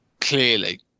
Clearly